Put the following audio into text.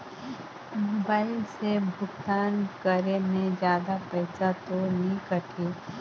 Mobile से भुगतान करे मे जादा पईसा तो नि कटही?